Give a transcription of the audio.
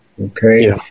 Okay